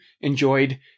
enjoyed